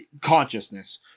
consciousness